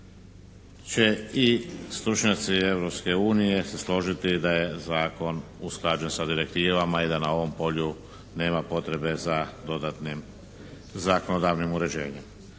unije se složiti da je zakon usklađen sa direktivama i da na ovom polju nema potrebe za dodatnim zakonodavnim uređenjem.